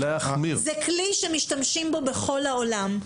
זה כלי שמשתמשים בו בכל העולם.